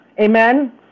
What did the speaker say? amen